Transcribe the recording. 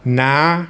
ના